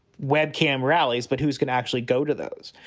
web cam rallies. but who's can actually go to those?